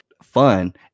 fun